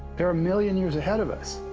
they're million years ahead of us,